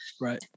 Right